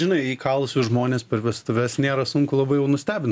žinai įkalusius žmones per vestuves nėra sunku labai jau nustebin